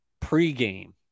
pregame